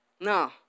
No